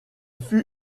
fut